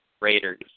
Raiders